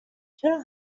چرا